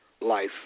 life